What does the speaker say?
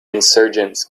insurgents